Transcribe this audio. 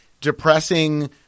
depressing